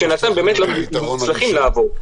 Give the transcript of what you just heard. שנתן למוצלחים לעבור.